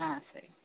ஆ சரி